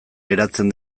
geratzen